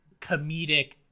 comedic